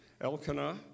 Elkanah